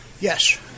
Yes